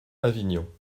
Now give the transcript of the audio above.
avignon